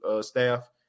staff